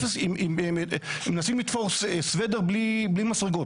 מנסים לתפור סוודר בלי מסרגות.